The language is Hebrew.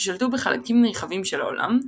ששלטו בחלקים נרחבים של העולם,